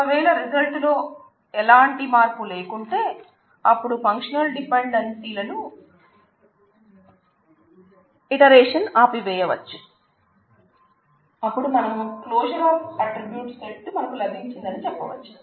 ఒకవేళ రిజల్ట్ లో ఎలాంటి మార్పు లేకుంటే అపుడు ఫంక్షనల డిపెండెన్సీల ఇటరేషన్నుమనకు లభించిందని చెప్పవచ్చు